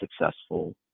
successful